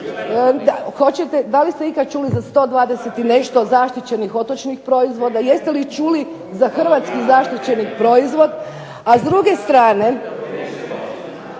Da li ste ikad čuli za 120 i nešto zaštićenih otočnih proizvoda? jeste li čuli za hrvatski zaštićeni proizvod? A sa druge strane,